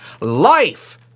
life